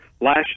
Last